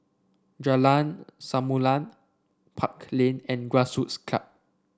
Jalan Samulun Park Lane and Grassroots Club